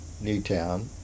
Newtown